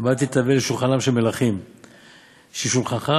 ואל תתאווה לשולחנם של שרים,